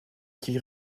qui